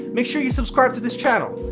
make sure you subscribe to this channel.